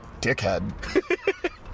dickhead